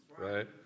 Right